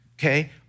okay